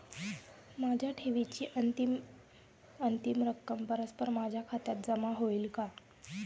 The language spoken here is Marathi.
माझ्या ठेवीची अंतिम रक्कम परस्पर माझ्या खात्यात जमा होईल का?